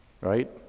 right